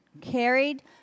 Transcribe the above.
Carried